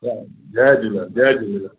चलो जय झूलेलाल जय झूलेलाल